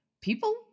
people